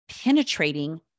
penetrating